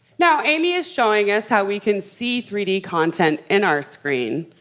now, amy is showing us how we can see three d content in our screen,